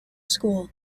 school